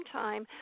time